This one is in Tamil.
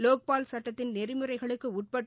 லோக்பால் சுட்டத்தின் நெறிமுறைகளுக்கு உட்பட்டு